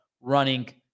running